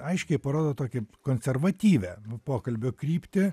aiškiai parodo tokį konservatyvią pokalbio kryptį